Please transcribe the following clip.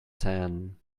tan